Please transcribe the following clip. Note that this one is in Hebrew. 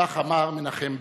כך אמר מנחם בגין.